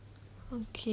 okay